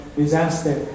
disaster